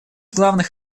главных